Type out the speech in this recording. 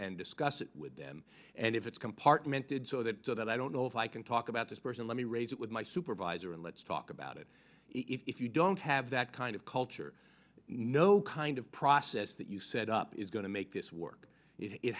and discuss it with them and if it's compartmented so that so that i don't know if i can talk about this person let me raise it with my supervisor and let's talk about it if you don't have that kind of culture no kind of process that you set up is going to make this work it